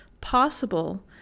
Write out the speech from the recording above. possible